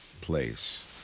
place